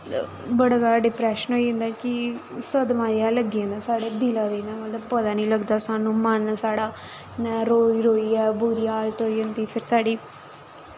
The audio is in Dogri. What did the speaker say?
बड़ा जादा डिप्रैशन होई जंदा कि सदमां जेहा लग्गी जंदा साढ़े दिला गी इ'यां मतलब पता नी लगदा सानूं मन साढ़ा रोई रोइयै बुरी हालत होई जंदी फिर साढ़ी